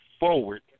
forward